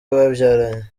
babyaranye